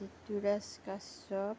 Rituraj Kashyap